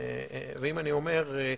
ואם אני אומר,